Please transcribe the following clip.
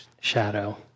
shadow